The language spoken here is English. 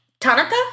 Tanaka